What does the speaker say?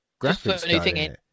graphics